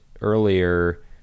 earlier